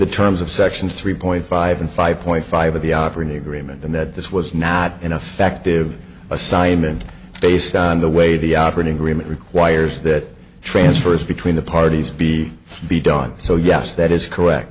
the terms of sections three point five and five point five of the operating agreement and that this was not an effective assignment based on the way the operating agreement requires that transfers between the parties be be done so yes that is correct